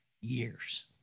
years